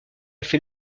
fait